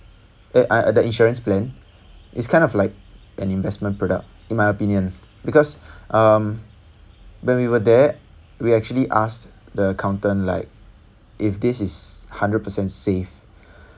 eh uh the insurance plan is kind of like an investment product in my opinion because um when we were there we actually asked the accountant like if this is hundred percent safe